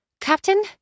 Captain